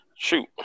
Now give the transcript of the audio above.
Shoot